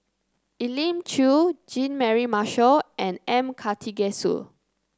Elim Chew Jean Mary Marshall and M Karthigesu